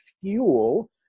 fuel